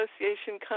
Association